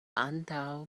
antaŭ